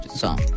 song